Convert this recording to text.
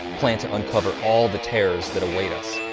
plan to uncover all the terrors that await us.